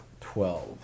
Twelve